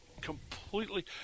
completely